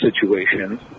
situation